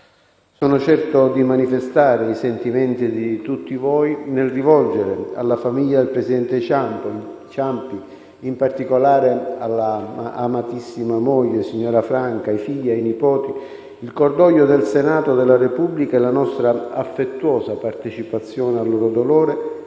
Sono certo di manifestare i sentimenti di tutti voi nel rivolgere alla famiglia del presidente Ciampi, in particolare all'amatissima moglie, signora Franca, ai figli e ai nipoti, il cordoglio del Senato della Repubblica e la nostra affettuosa partecipazione al loro dolore